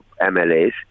MLAs